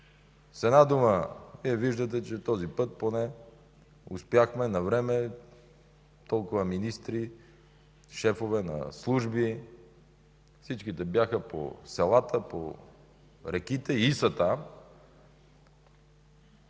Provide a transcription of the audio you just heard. С една дума, виждате, че този път успяхме навреме – много министри, шефове на служби, всички бяха по селата, по реките и са там